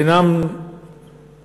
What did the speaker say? וביניהם